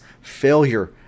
failure